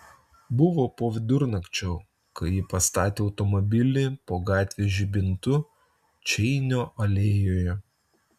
buvo po vidurnakčio kai ji pastatė automobilį po gatvės žibintu čeinio alėjoje